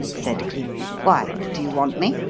said cleek. why? do you want me?